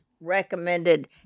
recommended